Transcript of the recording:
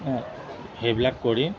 হে সেইবিলাক কৰি